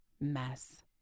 mess